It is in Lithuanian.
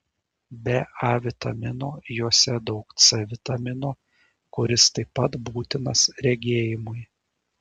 be a vitamino juose daug c vitamino kuris taip pat būtinas regėjimui